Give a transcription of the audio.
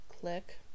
click